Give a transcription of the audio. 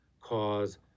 cause